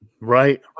Right